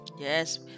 yes